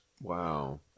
Wow